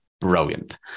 Brilliant